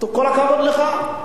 כל הכבוד לך.